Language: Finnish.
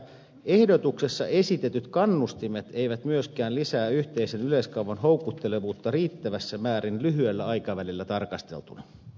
ehdotuksessa esitetyt kannustimet eivät myöskään lisää yhteisen yleiskaavan houkuttelevuutta riittävässä määrin lyhyellä aikavälillä tarkasteltuna